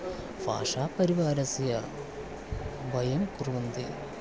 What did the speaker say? भाषापरिवारस्य वयं कुर्वन्ति